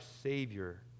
Savior